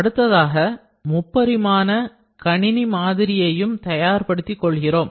அடுத்ததாக முப்பரிமாண கணினி மாதிரியையும் தயார்படுத்திக் கொள்கிறோம்